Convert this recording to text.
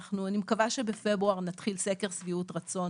אני מקווה שבפברואר נתחיל סקר שביעות רצון